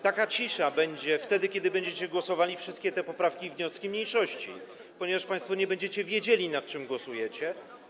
Taka cisza będzie wtedy, kiedy będziecie głosowali nad tymi wszystkimi poprawkami i wnioskami mniejszości, ponieważ państwo nie będziecie wiedzieli, nad czym głosujecie.